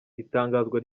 itangazwa